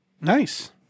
Nice